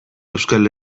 euskal